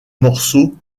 morceaux